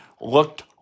looked